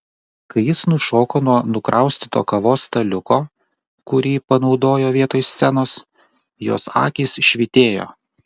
kai jis nušoko nuo nukraustyto kavos staliuko kurį panaudojo vietoj scenos jos akys švytėjo